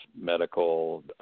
medical